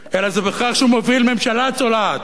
אלא בכך שהוא מוביל ממשלה צולעת,